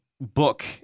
book